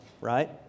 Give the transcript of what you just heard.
right